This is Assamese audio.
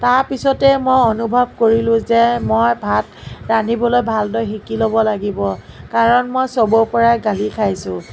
তাৰপিছতে মই অনুভৱ কৰিলোঁ যে মই ভাত ৰান্ধিবলৈ ভালদৰে শিকি ল'ব লাগিব কাৰণ মই চবৰ পৰাই গালি খাইছোঁ